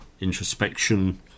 introspection